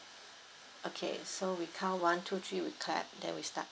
okay so we count one two three we clap then we start